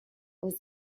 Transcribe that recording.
was